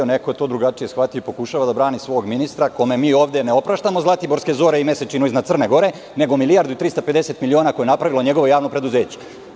Neko je to drugačije shvatio i pokušava da brani svog ministra kome ovde mi ne opraštamo zlatiborske zore i mesečinu iznad Crne Gore, nego 1.350.000.000 koje je napravilo njegovo javno preduzeće.